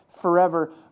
forever